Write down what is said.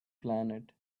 planet